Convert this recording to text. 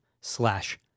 slash